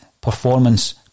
performance